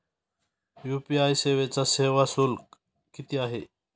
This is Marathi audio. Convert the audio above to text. यू.पी.आय सेवेचा सेवा शुल्क किती आहे?